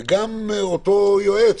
וגם אותו יועץ.